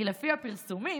כי לפי הפרסומים